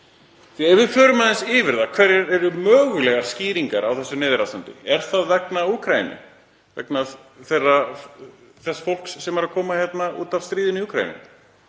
Förum aðeins yfir það hverjar eru mögulegar skýringar á þessu neyðarástandi: Er það vegna Úkraínu, vegna þess fólks sem er að koma hingað út af stríðinu í Úkraínu?